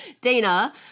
Dana